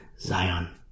Zion